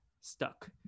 stuck